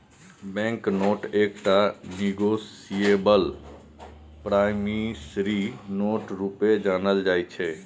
bank note एकटा negotiable promissory note रुपे जानल जाइ छै